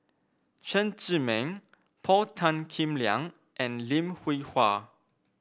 Chen Zhiming Paul Tan Kim Liang and Lim Hwee Hua